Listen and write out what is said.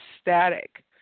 static